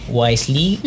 wisely